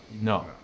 no